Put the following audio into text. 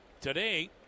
Today